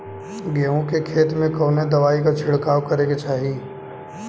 गेहूँ के खेत मे कवने दवाई क छिड़काव करे के चाही?